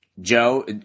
Joe